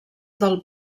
del